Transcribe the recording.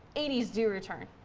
eighty s to return.